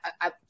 I-